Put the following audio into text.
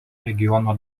regiono